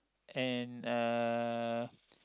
and uh